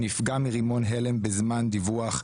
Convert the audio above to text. שנפגע מרימון הלם בזמן דיווח,